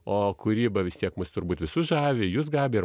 o kūryba vis tiek mus turbūt visus žavi jus gabija